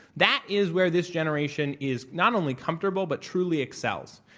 that is where this generation is not only comfortable but truly excels.